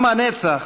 עם הנצח